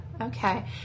Okay